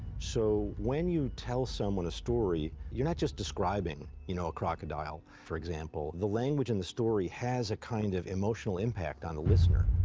so when you tell someone a story, you're not just describing you know a crocodile, for example, the language in the story has a kind of emotional impact on the listener.